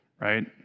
right